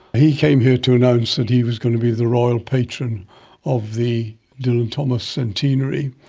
he came here to announce that he was going to be the royal patron of the dylan thomas centenary.